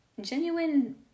genuine